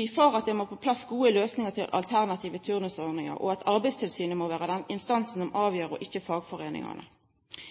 vi for at det må på plass gode løsninger til alternative turnusordninger, og at Arbeidstilsynet må være den instansen som avgjør, ikke fagforeningene.